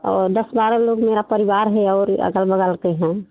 और दस बारह लोग मेरा परिवार है और अग़ल बग़ल के हैं